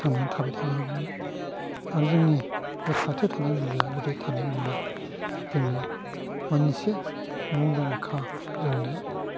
थांना थाबाय थानो हागौमोन आरो जोंनि खाथियाव थानाय बिलो थानाय मोनब्ला जोङो मोनसे मुंदांखा जोंनि